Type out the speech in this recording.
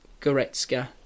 Goretzka